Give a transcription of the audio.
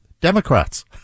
Democrats